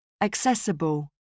accessible